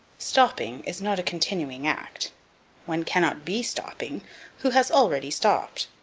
stopping is not a continuing act one cannot be stopping who has already stopped.